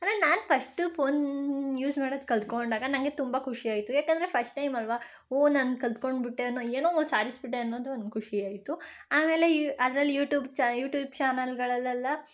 ಆದರೆ ನಾನು first phone use ಮಾಡೋದು ಕಲ್ತುಕೊಂಡಾಗ ನನಗೆ ತುಂಬ ಖುಷಿ ಆಯಿತು ಯಾಕಂದರೆ ಫಸ್ಟ್ ಟೈಮ್ ಅಲ್ಲವಾ ಓಹ್ ನಾನು ಕಲ್ತ್ಕೊಂಡ್ಬಿಟ್ಟೆ ಅನ್ನೋ ಏನೋ ಒಂದು ಸಾಧಿಸಿ ಬಿಟ್ಟೆ ಅನ್ನೋದು ಒಂದು ಖುಷಿ ಆಗಿತ್ತು ಆಮೇಲೆ ಈ ಅದ್ರಲ್ಲಿ ಯೂಟ್ಯೂಬ್ ಚಾ ಯೂಟ್ಯೂಬ್ ಚಾನೆಲ್ಗಳಲ್ಲೆಲ್ಲ